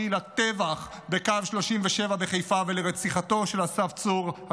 לטבח בקו 37 בחיפה ולרציחתו של אסף צור,